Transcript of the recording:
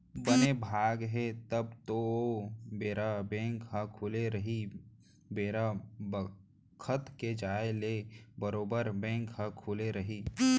बने भाग हे तब तो ओ बेरा बेंक ह खुले रही बेरा बखत के जाय ले बरोबर बेंक ह खुले रहिथे